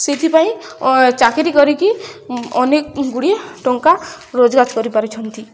ସେଇଥିପାଇଁ ଚାକିରି କରିକି ଅନେକ ଗୁଡ଼ିଏ ଟଙ୍କା ରୋଜଗାର କରିପାରିଛନ୍ତି